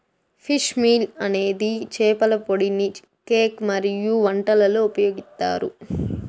fish meal అనేది చేపల పొడిని కేక్ మరియు వంటలలో ఉపయోగిస్తారు